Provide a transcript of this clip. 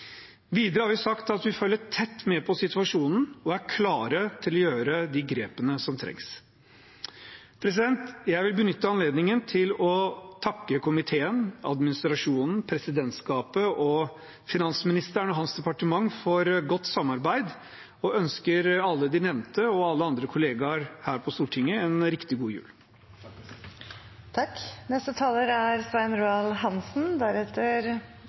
Videre har vi sagt at vi følger tett med på situasjonen og er klare til å ta de grepene som trengs. Jeg vil benytte anledningen til å takke komiteen, administrasjonen, presidentskapet og finansministeren og hans departement for godt samarbeid, og jeg ønsker alle de nevnte og alle andre kollegaer her på Stortinget en riktig god